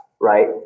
right